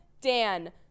Dan